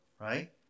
right